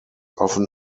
often